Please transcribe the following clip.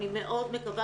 אני מאוד מקווה